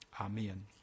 amen